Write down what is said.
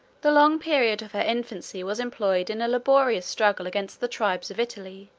the long period of her infancy was employed in a laborious struggle against the tribes of italy,